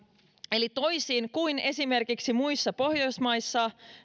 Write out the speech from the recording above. eli toisin kuin esimerkiksi muissa pohjoismaissa